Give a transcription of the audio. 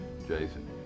Jason